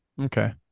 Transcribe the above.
okay